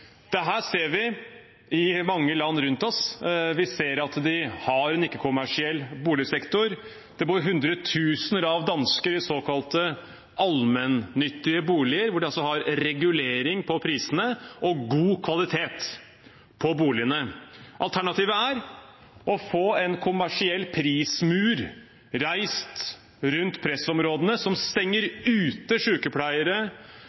ser vi i mange land rundt oss. Vi ser at de har en ikke-kommersiell boligsektor. Det bor hundretusener av dansker i såkalte allmennyttige boliger, hvor de har regulering på prisene og god kvalitet på boligene. Alternativet er å få en kommersiell prismur reist rundt pressområdene som